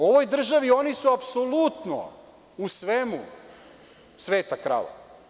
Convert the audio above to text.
U ovoj državi oni su apsolutno u svemu „sveta krava“